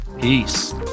Peace